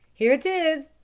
here it is.